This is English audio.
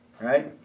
right